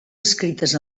escrites